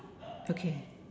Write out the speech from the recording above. okay